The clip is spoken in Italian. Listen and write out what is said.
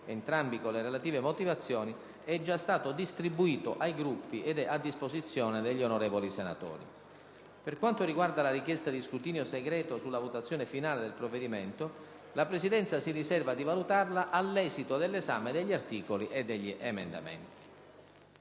entrambi con le relative motivazioni, è già stato distribuito ai Gruppi ed è a disposizione degli onorevoli senatori. Per quanto riguarda la richiesta di scrutinio segreto sulla votazione finale del provvedimento, la Presidenza si riserva di valutarla all'esito dell'esame degli articoli e degli emendamenti.